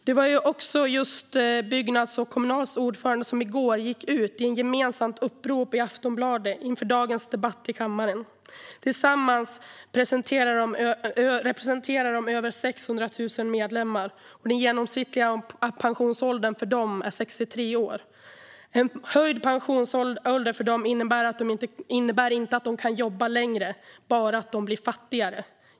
Det var också just Byggnads och Kommunals ordförande som i går gick ut i ett gemensamt upprop i Aftonbladet inför dagens debatt i kammaren. Tillsammans representerar de över 600 000 medlemmar, och den genomsnittliga pensionsåldern för dem är 63 år. En höjd pensionsålder för dem innebär inte att de kan jobba längre utan bara att de blir fattigare.